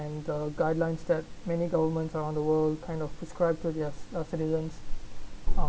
and the guidelines that many governments around the world kind of prescribed to their citizens uh